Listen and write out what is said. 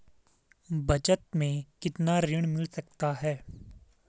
बचत मैं कितना ऋण मिल सकता है?